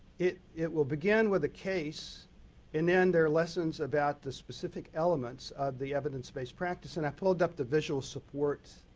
it it will begin with a case and then there are lessons about the specific elements of the evidence-based practice and i pulled up the visual support